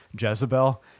Jezebel